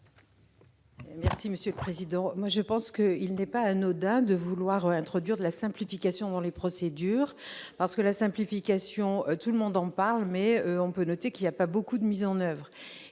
Merci monsieur le président, moi je pense que il n'est pas anodin de vouloir introduire de la simplification dans les procédures parce que la simplification, tout le monde en parle, mais on peut noter qu'il y a pas beaucoup de mises en Oeuvres,